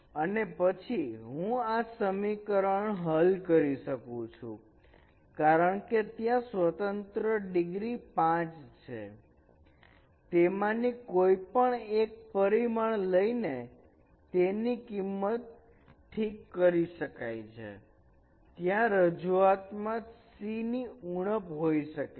અને પછી હું આ સમીકરણ હલ કરી શકુ છું કારણકે ત્યાં સ્વતંત્ર ડિગ્રી 5 છે તેમાની કોઈપણ એક પરિમાણ લઈને તેની કિંમત ઠીક કરી શકાય છે ત્યાં રજૂઆત માં C ની ઊણપ હોઈ શકે છે